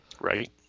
Right